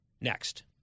next